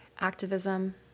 activism